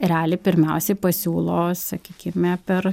realiai pirmiausiai pasiūlo sakykime per